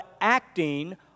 acting